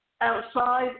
outside